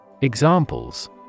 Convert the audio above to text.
Examples